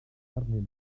arnyn